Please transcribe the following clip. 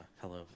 Hello